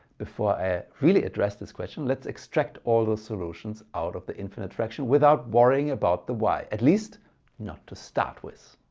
before i really address this question, let's extract all the solutions out of the infinite fraction, without worrying about the why, at least not to start with.